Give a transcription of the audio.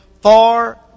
far